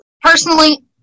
personally